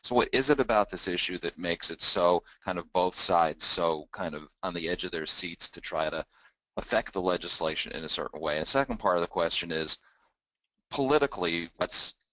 what is it about this issue that makes it so, kind of both sides so kind of on the edge of their seats to try to affect the legislation in a certain way, and second part of the question is politically what's,